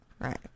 right